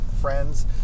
friends